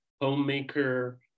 homemaker